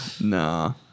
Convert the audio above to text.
No